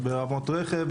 ברמות רכב,